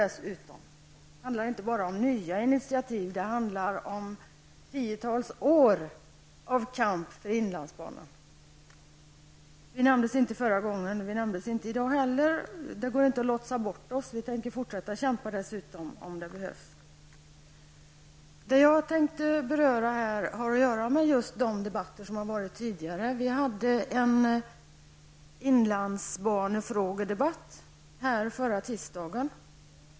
Det handlar alltså inte bara om nya initiativ utan också om tiotals år av kamp för inlandsbanan. Varken förra gången denna fråga debatterades eller i dag har det nämnts. Men det går inte att låtsas som om vi inte fanns. Dessutom vill jag säga att vi tänker fortsätta att kämpa, om det skulle behövas. Vad jag hade tänkt beröra här har att göra med just de debatter som vi har haft tidigare. Förra tisdagen hade vi här i riksdagen en frågedebatt om inlandsbanan.